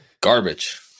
Garbage